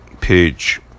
Page